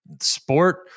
sport